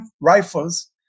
rifles